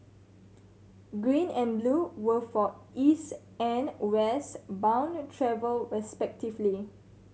green and blue were for East and West bound travel respectively